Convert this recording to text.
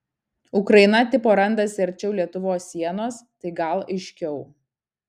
ukraina tipo randasi arčiau lietuvos sienos tai gal aiškiau